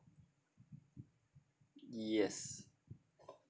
yes